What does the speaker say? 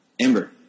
ember